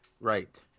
right